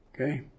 Okay